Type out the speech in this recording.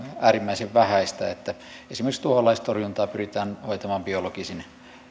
äärimmäisen vähäistä esimerkiksi tuholaistorjuntaa pyritään hoitamaan biologisin